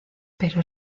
pero